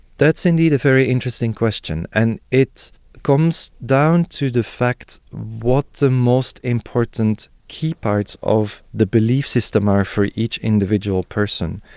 that's indeed a very interesting question, and it comes down to the fact what the most important key parts of the belief system are for each individual person.